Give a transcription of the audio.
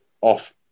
off